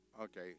Okay